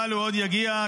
אבל הוא עוד יגיע,